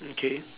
okay